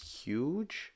huge